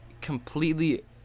completely